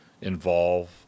involve